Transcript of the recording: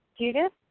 Judith